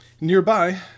Nearby